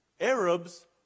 Arabs